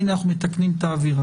הנה אנחנו מתקנים את האווירה.